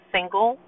Single